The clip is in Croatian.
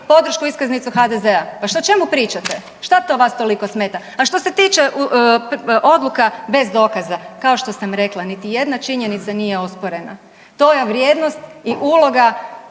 podršku i iskaznicu HDZ-a? Pa što, o čemu pričate? Šta to vas toliko smeta? A što se tiče odluka bez dokaza, kao što sam rekla, niti jedna činjenica nije osporena. To je vrijednost i uloga